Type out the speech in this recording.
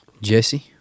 Jesse